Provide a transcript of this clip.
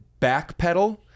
backpedal